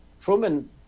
Truman